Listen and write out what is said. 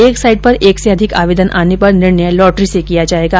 एक साइट पर एक से अधिक आवेदन आने पर निर्णय लॉटरी से किया जाएगा